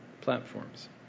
platforms